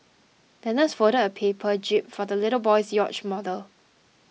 the nurse folded a paper jib for the little boy's yacht model